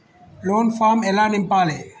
Loan form ఎలా నింపాలి?